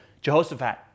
Jehoshaphat